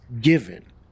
given